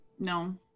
No